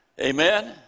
Amen